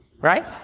right